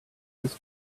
his